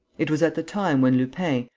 it was at the time when lupin,